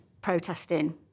protesting